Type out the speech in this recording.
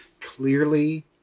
clearly